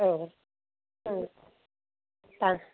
औ औ